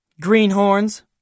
Greenhorns